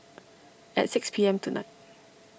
at six P M tonight